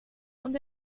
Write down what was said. und